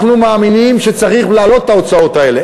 אנחנו מאמינים שצריך להעלות את ההוצאות האלה.